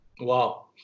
Wow